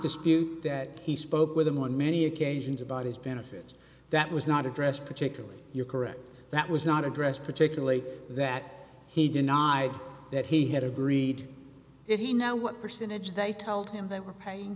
dispute that he spoke with him on many occasions about his benefits that was not addressed particularly you're correct that was not addressed particularly that he denied that he had agreed that he know what percentage they told him they were paying